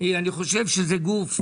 אני חושב שזה גוף חשוב.